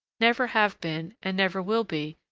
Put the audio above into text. never have been, and never will be,